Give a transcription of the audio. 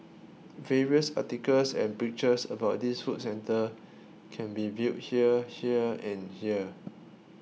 various articles and pictures about this food centre can be viewed here here and here